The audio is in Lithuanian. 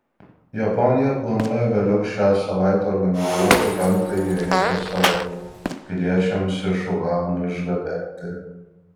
japonija planuoja vėliau šią savaitę organizuoti penktąjį reisą savo piliečiams iš uhano išgabenti